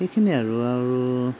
এইখিনিয়েই আৰু আৰু